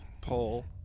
pull